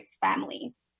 families